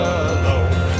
alone